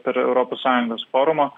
per europos sąjungos forumą